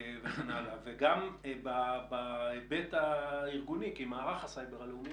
גם בהיבט הארגוני של מערך הסייבר הלאומי,